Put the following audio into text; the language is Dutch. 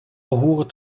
behoren